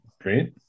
great